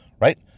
right